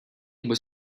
was